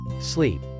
sleep